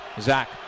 Zach